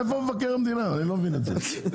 איפה מבקר המדינה, אני לא מבין את זה.